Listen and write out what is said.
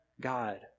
God